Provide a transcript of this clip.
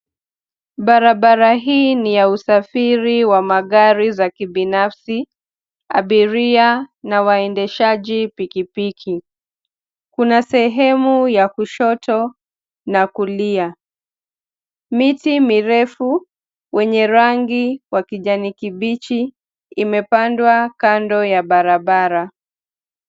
Barabara hii ni ya usafiri wa magari ya kibinafsi, abiria na waendeshaji pikipiki. Kuna sehemu ya kushoto na kulia. Miti mirefu yenye rangi ya kijani kibichi imepandwa kando ya barabara.